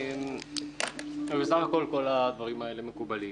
כל הדברים האלה מקובלים.